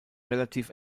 relativ